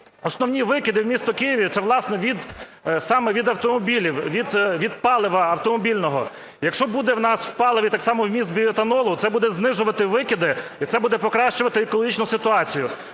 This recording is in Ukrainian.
Основні викиди в місті Києві – це, власне, саме від автомобілів, від палива автомобільного. Якщо буде в нас у паливі так само вміст біоетанолу, це буде знижувати викиди і це буде покращувати екологічну ситуацію.